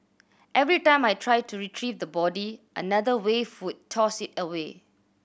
every time I tried to retrieve the body another wave would toss it away